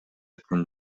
эткен